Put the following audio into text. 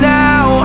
now